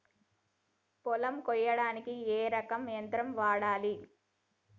పొలం కొయ్యడానికి ఏ రకం యంత్రం వాడాలి?